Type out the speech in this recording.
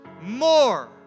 more